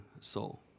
soul